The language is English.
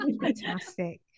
fantastic